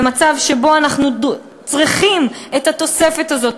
במצב שבו אנחנו צריכים את התוספת הזאת,